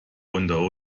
unter